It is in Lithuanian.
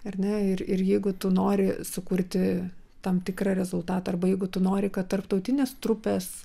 ar ne ir ir jeigu tu nori sukurti tam tikrą rezultatą arba jeigu tu nori kad tarptautinės trupės